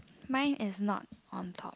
mine is not on top